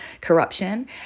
corruption